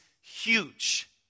huge